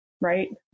Right